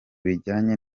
bijyanye